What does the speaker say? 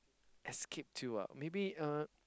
escape to ah maybe uh